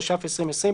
התש"ף-2020,